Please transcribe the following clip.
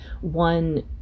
One